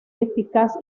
eficaz